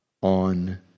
on